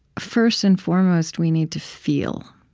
first and foremost, we need to feel,